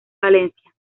valencia